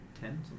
ten